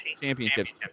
Championships